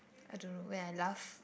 I don't know wait I laugh